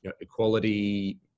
equality